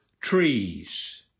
trees